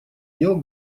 дел